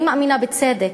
אני מאמינה בצדק.